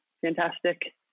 Fantastic